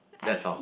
that's all